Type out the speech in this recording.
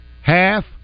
half